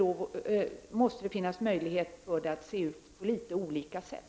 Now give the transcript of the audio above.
Och då måste det vara möjligt att man låter dessa bostäder få se ut på litet olika sätt.